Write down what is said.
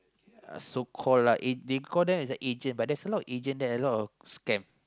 so call lah they ag~ they call them as an agent lah but there's a lot of agent there a lot of scam